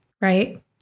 right